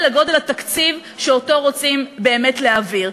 לגודל התקציב שאותו רוצים באמת להעביר.